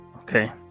Okay